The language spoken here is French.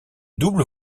double